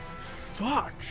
Fuck